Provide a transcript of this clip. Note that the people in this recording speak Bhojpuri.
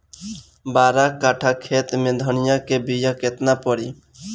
बारह कट्ठाखेत में धनिया के बीया केतना परी?